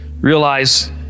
Realize